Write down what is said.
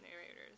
narrators